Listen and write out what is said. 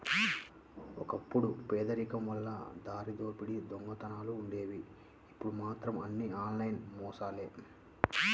ఒకప్పుడు పేదరికం వల్ల దారిదోపిడీ దొంగతనాలుండేవి ఇప్పుడు మాత్రం అన్నీ ఆన్లైన్ మోసాలే